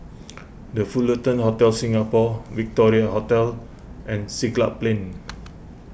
the Fullerton Hotel Singapore Victoria Hotel and Siglap Plain